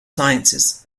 sciences